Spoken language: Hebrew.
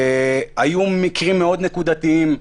היו מקרים מאוד נקודתיים.